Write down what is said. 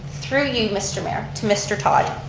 through you mr. mayor to mr. todd.